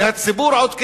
מהציבור עוד כסף.